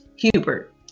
Hubert